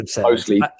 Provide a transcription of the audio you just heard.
mostly